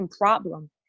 problem